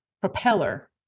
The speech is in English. propeller